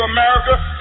America